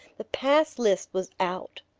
the pass list was out!